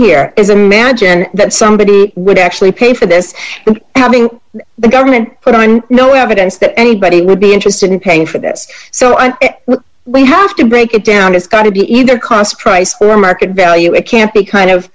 here is a mansion that somebody would actually pay for this having the government put on no evidence that anybody would be interested in paying for this so i we have to break it down it's got to be either cost price the market value it can't be kind of